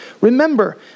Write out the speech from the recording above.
Remember